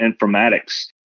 Informatics